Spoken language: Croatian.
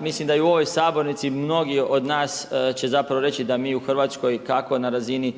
Mislim da i u ovoj sabornici mnogi od nas će reći mi u Hrvatskoj kako na razini